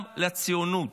גם לציונות.